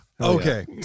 Okay